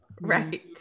Right